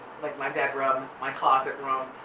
like, my bedroom, my closet room,